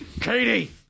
Katie